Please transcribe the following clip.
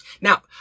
Now